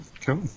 cool